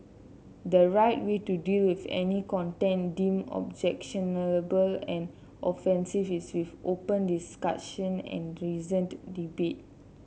the right way to deal with any content deemed objectionable and offensive is with open discussion and reasoned debate